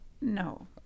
No